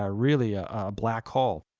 ah really a black hole.